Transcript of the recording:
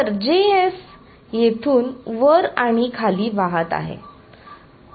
तर येथून वर आणि खाली वाहत आहे